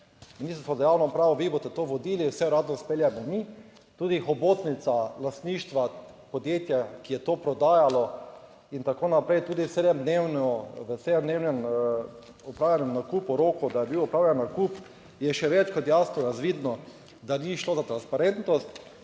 ministrstvo za javno upravo, vi boste to vodili, se rado speljemo mi. Tudi hobotnica lastništva podjetja, ki je to prodajalo. In tako naprej, tudi sedemdnevno. V sedemdnevnem opravljenem nakupu, roko, da je bil opravljen nakup, je še več kot jasno razvidno, da ni šlo za transparentnost.